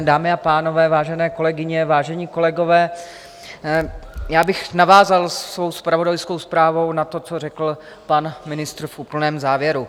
Dámy a pánové, vážené kolegyně, vážení kolegové, já bych navázal svou zpravodajskou zprávou na to, co řekl pan ministr v úplném závěru.